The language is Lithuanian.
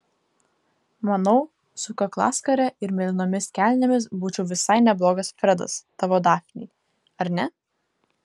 manau su kaklaskare ir mėlynomis kelnėmis būčiau visai neblogas fredas tavo dafnei ar ne